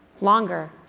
longer